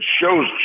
shows